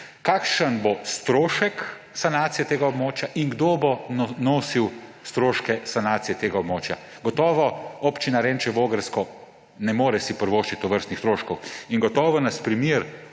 Kakšen bo strošek sanacije tega območja? Kdo bo nosil stroške sanacije tega območja? Gotovo si Občina Renče - Vogrsko ne more privoščiti tovrstnih stroškov in gotovo nas primer